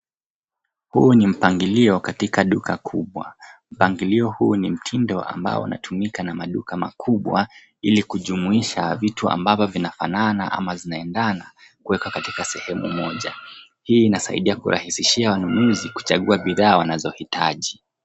Huu ni mpangilio katika duka kubwa. Mpangilio huu ni mtindo ambao unatumika na maduka makubwa ili kujumuisha vitu ambavyo vinafanana ama zinaendana kueka katika sehemu moja. Hii inasaidia kurahisishia wanunuzi kuchagua bidhaa wanazoitaji.